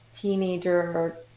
teenager